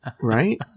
right